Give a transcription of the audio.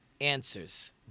answers